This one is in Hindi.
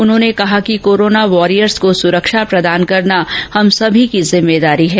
उन्होंने कहा कि कोरोना वॉरियर्स को सुरक्षा प्रदान करना हम समी की जिम्मेदारी है